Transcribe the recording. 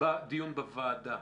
בדיון בוועדה